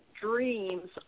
dreams